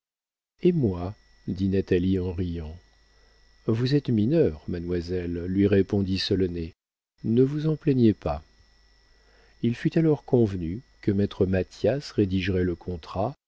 et moi dit natalie en riant vous êtes mineure mademoiselle lui répondit solonet ne vous en plaignez pas il fut alors convenu que maître mathias rédigerait le contrat